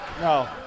No